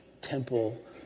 temple